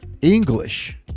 English